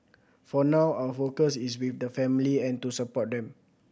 for now our focus is with the family and to support them